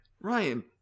ryan